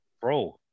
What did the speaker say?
bro